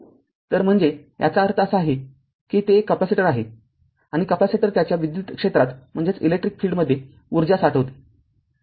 तर म्हणजे याचा अर्थ असा आहे की ते एक कॅपेसिटर आहे कॅपेसिटर त्याच्या विद्युत क्षेत्रात ऊर्जा साठवते